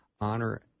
honor